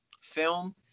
film